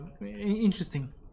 interesting